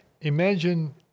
Imagine